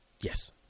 Yes